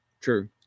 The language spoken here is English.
true